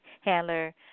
handler